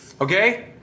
okay